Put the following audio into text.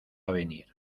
venir